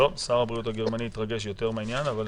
שר הבריאות הגרמני התרגש יותר מהעניין, אבל